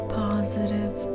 positive